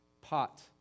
pot